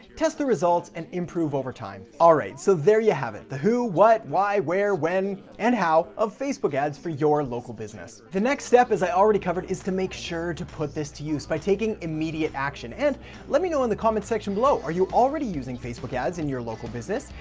test the results and improve over time. alright, so there you have it. the who, what, why, where, when, and how of facebook ads for your local business. the next step, as i already covered, is to make sure to put this to use by taking immediate action. and let me know in the comment section below, are you already using facebook ads in your local business?